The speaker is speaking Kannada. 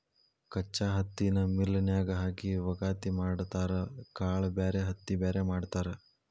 ಕಚ್ಚಾ ಹತ್ತಿನ ಮಿಲ್ ನ್ಯಾಗ ಹಾಕಿ ವಗಾತಿ ಮಾಡತಾರ ಕಾಳ ಬ್ಯಾರೆ ಹತ್ತಿ ಬ್ಯಾರೆ ಮಾಡ್ತಾರ